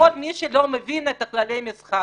לכל מי שלא מבין את כללי המשחק.